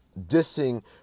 dissing